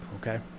okay